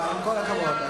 עם כל הכבוד,